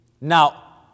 Now